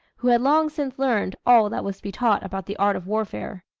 who had long since learned all that was to be taught about the art of warfare.